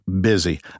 busy